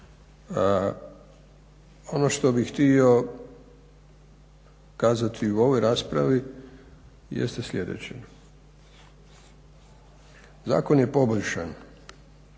Ono što bih htio kazati u ovoj raspravi, jeste sljedeće. Zakon je poboljšan,